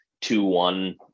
two-one